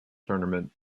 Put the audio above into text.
tournament